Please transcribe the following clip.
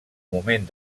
moment